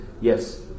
Yes